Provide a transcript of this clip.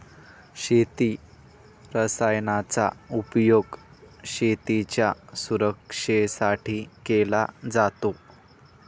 शेती रसायनांचा उपयोग शेतीच्या सुरक्षेसाठी केला जातो